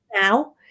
now